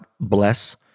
bless